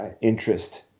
interest